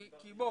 כי בוא,